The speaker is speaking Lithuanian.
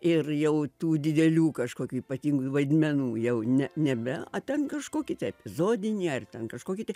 ir jau tų didelių kažkokių ypatingų vaidmenų jau ne nebe o ten kažkokį tai epizodinį ar ten kažkokį tai